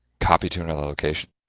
copy to another location,